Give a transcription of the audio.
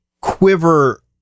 quiver